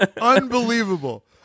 Unbelievable